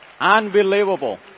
unbelievable